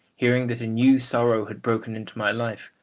hearing that a new sorrow had broken into my life,